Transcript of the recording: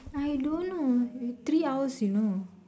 I don't know it's three hours you know